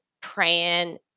praying